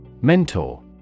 Mentor